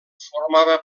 formava